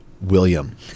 william